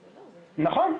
נכון.